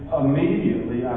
immediately